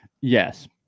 yes